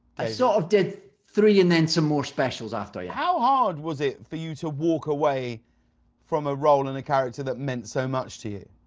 i sort of did three and then some more specials. james how hard was it for you to walk away from a role and a character that meant so much to you?